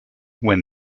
when